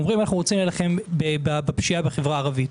אומרים: אנחנו רוצים להילחם בפשיעה בחברה הערבית.